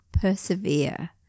persevere